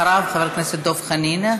אחריו, חבר הכנסת דב חנין.